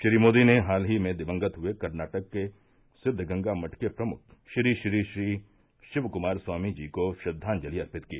श्री मोदी ने हाल ही में दिवंगत हुए कर्नाटक के सिद्वगंगा मठ के प्रमुख श्री श्री श्री श्री शिव कुमार स्वामीजी को श्रद्वांजलि अर्पित की